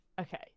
okay